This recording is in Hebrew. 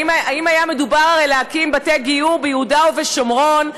הרי אם היה מדובר על להקים בתי גיור ביהודה ובשומרון,